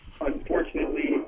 Unfortunately